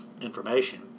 information